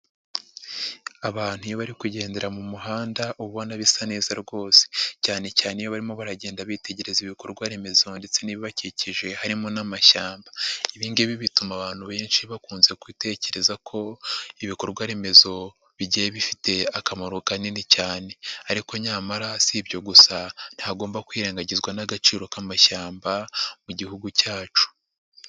Abantu iyo bari kugendera mu muhanda uba ubona bisa neza rwose cyanecyane iyo barimo baragenda bitegereza ibikorwa remezo ndetse n'ibibakikije harimo n'amashyamba. Ibi ngibi bituma abantu benshi bakunze gutekereza ko ibikorwa remezo bigiye bifite akamaro kanini cyane ariko nyamara si ibyo gusa ntihagomba kwirengagizwa n'agaciro k'amashyamba mu gihugu cyacu.